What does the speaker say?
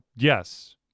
Yes